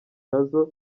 nazo